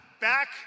Back